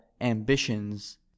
ambitions